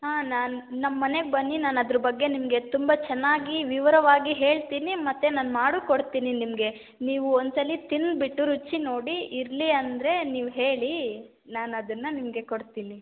ಹಾಂ ನಾನು ನಮ್ಮ ಮನೆಗೆ ಬನ್ನಿ ನಾನು ಅದ್ರ ಬಗ್ಗೆ ನಿಮಗೆ ತುಂಬ ಚೆನ್ನಾಗಿ ವಿವರವಾಗಿ ಹೇಳ್ತೀನಿ ಮತ್ತು ನಾನು ಮಾಡೂ ಕೊಡ್ತೀನಿ ನಿಮಗೆ ನೀವು ಒಂದು ಸಲ ತಿಂದ್ಬಿಟ್ಟು ರುಚಿ ನೋಡಿ ಇರಲಿ ಅಂದರೆ ನೀವು ಹೇಳಿ ನಾನು ಅದನ್ನು ನಿಮಗೆ ಕೊಡ್ತೀನಿ